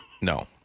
No